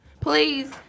Please